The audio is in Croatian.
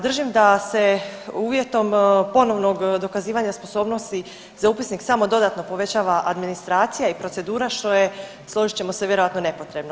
Držim da se uvjetom ponovnog dokazivanja sposobnosti za upisnik samo dodatno povećava administracija i procedura što je složit ćemo se vjerojatno nepotrebno.